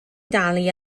dalu